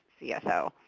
CSO